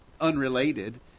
unrelated